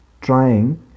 trying